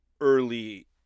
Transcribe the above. early